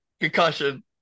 concussion